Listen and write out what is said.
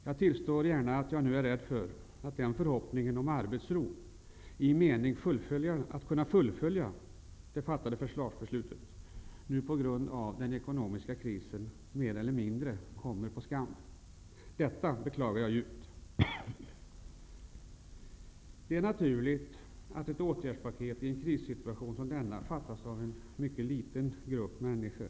Jag tillstår gärna att jag nu är rädd för att förhoppningen om arbetsro och om att kunna fullfölja försvarsbeslutet på grund av den ekonomiska krisen mer eller mindre kommer på skam. Detta beklagar jag djupt. Det är naturligt att beslut om ett åtgärdspaket i en krissituation som denna fattas av en mycket liten grupp människor.